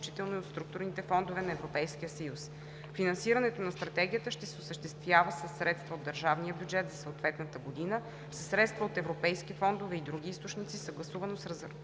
Финансирането на Стратегията ще се осъществява със средства от държавния бюджет за съответната година, със средства от европейски фондове и други източници, съгласувано с